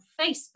Facebook